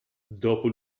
dopo